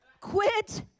Quit